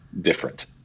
different